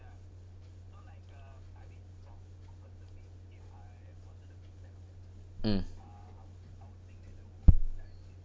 mm